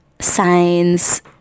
signs